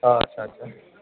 औ आदसा आदसा